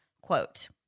quote